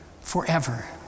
forever